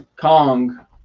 Kong